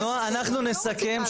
אנחנו לא רוצים להאמין.